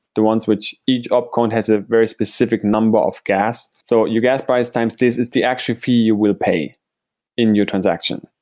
the ones which each opt coin has a very specific number of gas. so your gas price times this is the actual fee you will pay in your transaction.